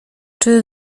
czy